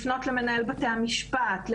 לפנות למנהל בתי המשפט,